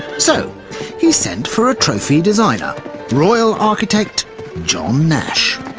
so he sent for a trophy designer royal architect john nash.